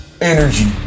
Energy